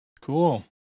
Cool